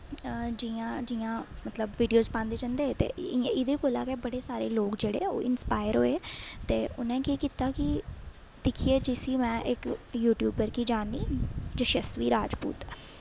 जियां जियां मतलब वीडियोस पांदे जंदे ते एह्दे कोला गै बड़े सारे लोग जेह्ड़े ओह् इंस्पायर होए ते उ'नें केह् कीता कि दिक्खियै जिसी में इक यूट्यूबर गी जाननी ज्यसबी राजपूत